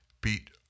Pete